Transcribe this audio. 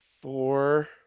four